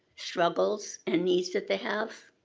struggles, and needs that they have?